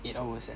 eight hours eh